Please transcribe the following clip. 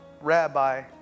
Rabbi